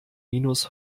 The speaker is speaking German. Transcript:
minus